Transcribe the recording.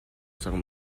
cang